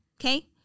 okay